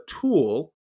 tool